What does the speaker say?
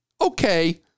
okay